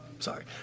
Sorry